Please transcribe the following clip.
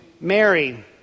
Mary